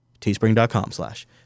Teespring.com/slash